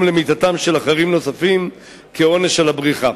למיתתם של אחרים נוספים כעונש על הבריחה.